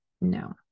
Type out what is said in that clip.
No